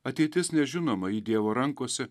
ateitis nežinoma ji dievo rankose